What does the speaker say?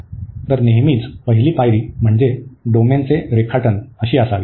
तर नेहमीच पहिली पायरी म्हणजे डोमेनचे रेखाटन असावी